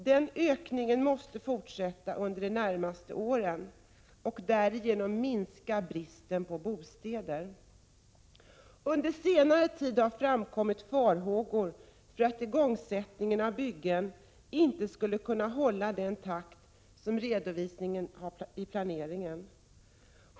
Denna ökning måste fortsätta under de närmaste åren för att man därigenom skall kunna minska bristen på bostäder. Under senare tid har dock farhågor framkommit för att igångsättningen av byggen inte skulle kunna hålla den takt som redovisats i planeringen.